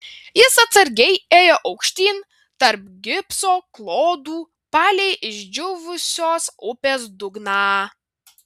jis atsargiai ėjo aukštyn tarp gipso klodų palei išdžiūvusios upės dugną